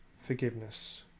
forgiveness